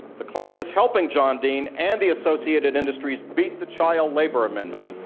the klan is helping john dean and the associated industries beat the child labor amendment.